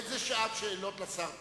אין זו שעת שאלות לשר טיבי,